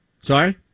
sorry